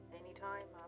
anytime